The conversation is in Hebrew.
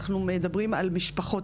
אנחנו מדברים על משפחות,